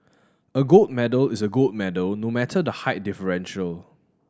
a gold medal is a gold medal no matter the height differential